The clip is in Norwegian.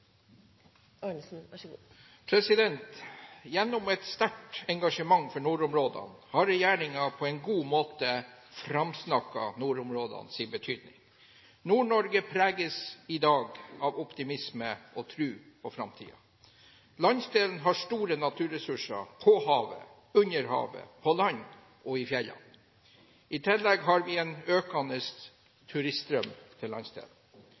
er i så fall godt nytt. Gjennom et sterkt engasjement for nordområdene har regjeringen på en god måte framsnakket nordområdenes betydning. Nord-Norge preges i dag av optimisme og tro på framtiden. Landsdelen har store naturressurser på havet, under havet, på land og i fjellene. I tillegg har vi en økende turiststrøm til